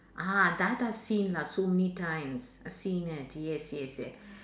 ah that I've seen lah so many times I've seen it yes yes yes